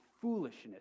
foolishness